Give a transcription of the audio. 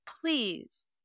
please